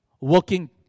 working